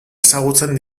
ezagutzen